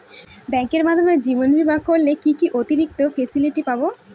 ব্যাংকের মাধ্যমে জীবন বীমা করলে কি কি অতিরিক্ত ফেসিলিটি পাব?